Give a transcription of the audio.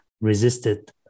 resisted